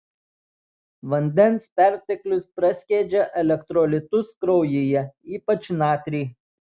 vandens perteklius praskiedžia elektrolitus kraujyje ypač natrį